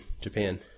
Japan